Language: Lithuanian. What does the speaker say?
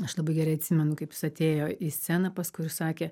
aš labai gerai atsimenu kaip jis atėjo į sceną paskui ir sakė